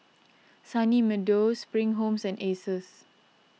Sunny Meadow Spring Homes and Asus